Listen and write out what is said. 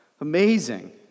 Amazing